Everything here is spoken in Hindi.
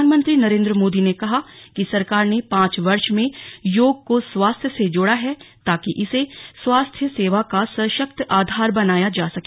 प्रधानमंत्री नरेन्द्र मोदी ने कहा है कि सरकार ने पांच वर्ष में योग को स्वास्थ्य से जोड़ा है ताकि इसे स्वास्थ्य सेवा का सशक्त आधार बनाया जा सके